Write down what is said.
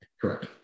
Correct